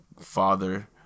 father